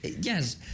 Yes